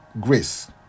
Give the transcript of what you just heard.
grace